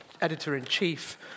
editor-in-chief